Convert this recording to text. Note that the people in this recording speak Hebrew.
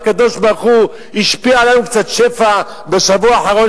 הקדוש-ברוך-הוא השפיע עלינו קצת שפע בשבוע האחרון,